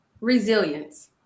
Resilience